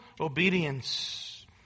obedience